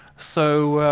so